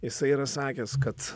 jisai yra sakęs kad